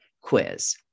quiz